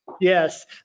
Yes